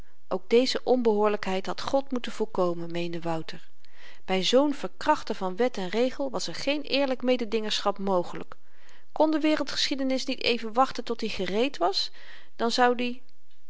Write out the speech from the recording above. ook deze onbehoorlykheid had god moeten voorkomen meende wouter by zoo'n verkrachten van wet en regel was er geen eerlyk mededingerschap mogelyk kon de wereldgeschiedenis niet even wachten tot i gereed was dan zoud i